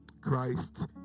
Christ